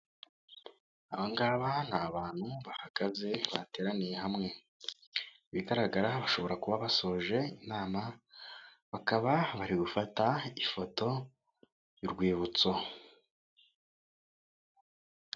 Abangaba ni abantu bahagaze bateraniye hamwe, ibigaragara bashobora kuba basoje inama bakaba bari gufata ifoto y'urwibutso.